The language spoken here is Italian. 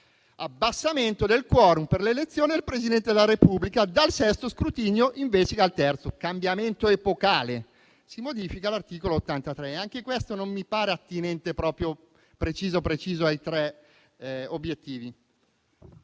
l'abbassamento del *quorum* per l'elezione del Presidente della Repubblica dal sesto scrutinio invece che al terzo. Un cambiamento epocale, si modifica l'articolo 83 e anche questo non mi pare precisamente attinente ai tre obiettivi.